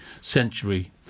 century